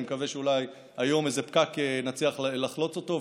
אני מקווה שאולי היום נצליח לחלוץ איזה פקק,